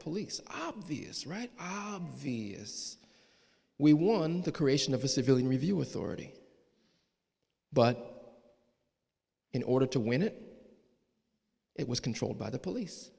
police obvious right arm vs we won the creation of a civilian review authority but in order to win it it was controlled by the police